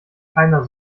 keiner